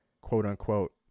quote-unquote